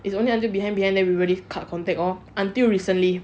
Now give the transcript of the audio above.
it's only until behind behind everybody cut contact lor until recently